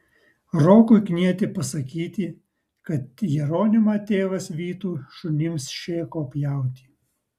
rokui knieti pasakyti kad jeronimą tėvas vytų šunims šėko pjauti